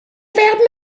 werden